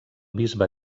bisbe